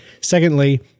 Secondly